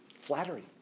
flattery